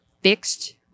fixed